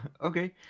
Okay